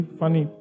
funny